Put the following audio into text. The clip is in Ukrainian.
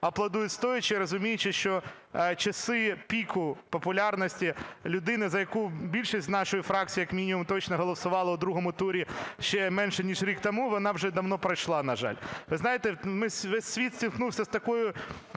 аплодують стоячи, розуміючи, що часи піку популярності людини, за яку більшість нашої фракції, як мінімум, точно голосувала у другому турі ще менше ніж рік тому, вона вже давно пройшла, на жаль. Ви знаєте, весь світ стикнувся з такою